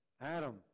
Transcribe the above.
Adam